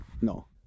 no